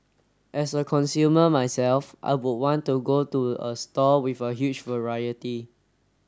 as a consumer myself I would want to go to a store with a huge variety